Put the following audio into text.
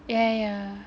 yeah yeah yeah